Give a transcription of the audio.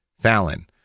Fallon